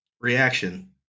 reaction